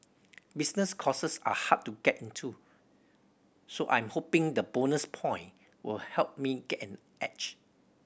business courses are hard to get into so I am hoping the bonus point will help me get an edge